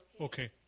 okay